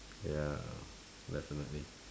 ya that's another thing